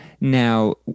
Now